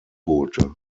boote